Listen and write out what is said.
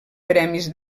premis